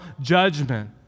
judgment